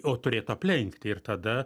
o turėtų aplenkti ir tada